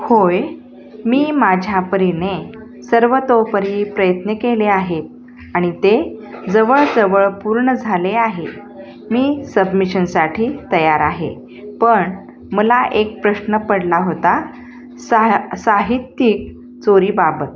होय मी माझ्या परीने सर्वतोपरी प्रयत्न केले आहे आणि ते जवळजवळ पूर्ण झाले आहे मी सबमिशनसाठी तयार आहे पण मला एक प्रश्न पडला होता सा साहित्यिक चोरीबाबत